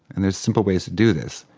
and there's simple ways to do this.